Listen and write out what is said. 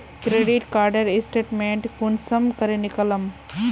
Credit कार्डेर statement कुंसम करे निकलाम?